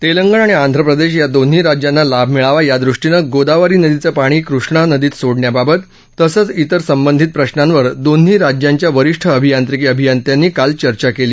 तेलंगणा आणि आंध्र प्रदेश या दोन्ही राज्यांना लाभ मिळावा या दृष्टीनं गोदावरी नदीचं पाणी कृष्णा नदीत सोडण्याबाबत तसंच तिर संबंधित प्रश्नांवर दोन्ही राज्यांच्या वरीष्ठ अभियांत्रिकी अभियंत्यांनी काल चर्चा केली